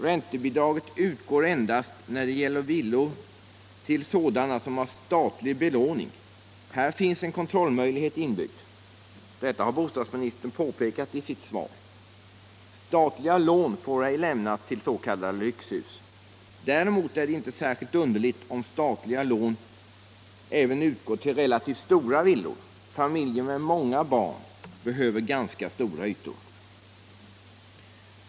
Räntebidraget utgår endast, när det gäller villor, till sådana som har statlig belåning. Här finns en kontrollmöjlighet inbyggd. Detta har bostadsministern på pekat i sitt svar. Statliga lån får ej lämnas till s.k. lyxhus. Däremot är det inte särskilt underligt om statliga lån även utgår till relativt stora villor. Familjer med många barn behöver ganska stora ytor.